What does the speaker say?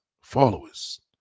followers